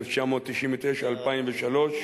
1999 2003: